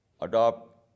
adopt